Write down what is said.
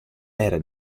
era